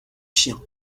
chiens